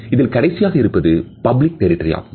இதில் கடைசியாக இருப்பது public territory ஆகும்